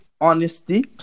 honesty